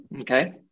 okay